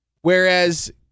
Whereas